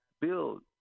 build